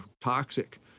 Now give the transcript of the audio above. toxic